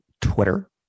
Twitter